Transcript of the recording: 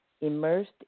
immersed